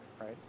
right